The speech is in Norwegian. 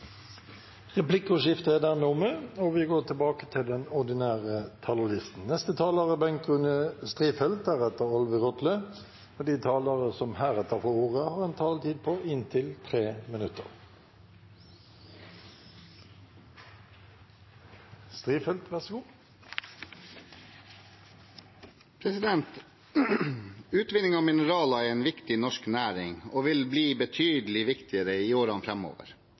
Replikkordskiftet er omme. De talere som heretter får ordet, har en taletid på inntil 3 minutter. Utvinning av mineraler er en viktig norsk næring, og den vil bli betydelig viktigere i årene